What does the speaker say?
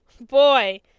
boy